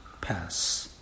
pass